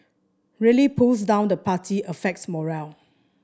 really pulls down the party affects morale